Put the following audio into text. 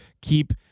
keep